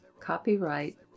Copyright